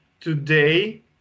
Today